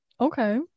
Okay